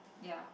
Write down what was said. ya